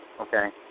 okay